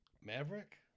maverick